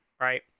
right